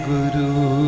Guru